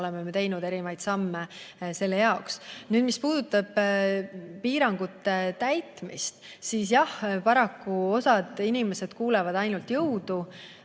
oleme teinud erinevaid samme selles suunas. Nüüd, mis puudutab piirangute täitmist, siis jah, paraku osa inimesi kuulab ainult jõudu